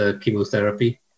chemotherapy